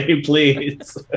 please